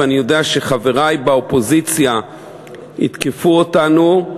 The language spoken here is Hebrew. ואני יודע שחברי באופוזיציה יתקפו אותנו.